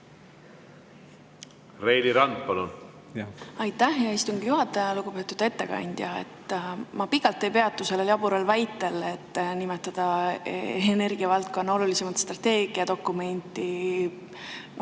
Reili Rand, palun!